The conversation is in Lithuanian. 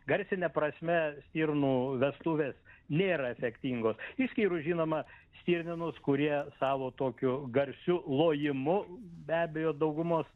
garsine prasme stirnų vestuvės nėra efektingos išskyrus žinoma stirninus kurie savo tokiu garsiu lojimu be abejo daugumos